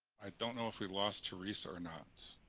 i don't know if we've lost theresa or not.